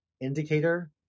Indicator